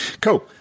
Cool